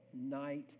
night